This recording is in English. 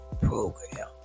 program